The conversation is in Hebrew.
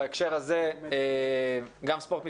בהקשר הזה גם ספורט מקצועני,